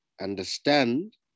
understand